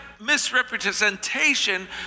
misrepresentation